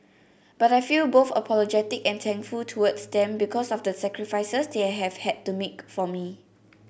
but I feel both apologetic and thankful towards them because of the sacrifices they have had to make for me